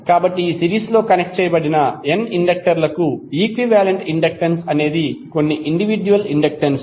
కాబట్టి సిరీస్ లో కనెక్ట్ చేయబడిన n ఇండక్టర్లకు ఈక్వివాలెంట్ ఇండక్టెన్స్ అనేది కొన్ని ఇండివిడ్యుయల్ ఇండక్టెన్సులు